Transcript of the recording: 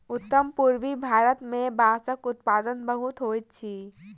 उत्तर पूर्वीय भारत मे बांसक उत्पादन बहुत होइत अछि